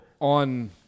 on